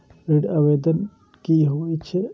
ऋण आवेदन की होय छै?